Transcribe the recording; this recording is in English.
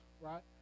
right